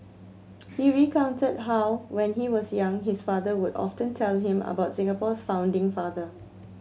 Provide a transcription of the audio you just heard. he recounted how when he was young his father would often tell him about Singapore's founding father